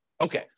Okay